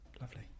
Lovely